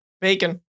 Bacon